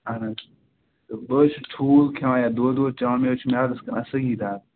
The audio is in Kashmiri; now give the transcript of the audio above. اَہَن حظ تہٕ بہٕ حظ چھُس ٹھوٗل کھیٚوان یا دۄد وۄد چاے مےٚ حظ چھِ میٛادَس کَران صحیح دَگ